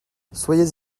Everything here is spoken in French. soyez